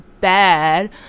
bad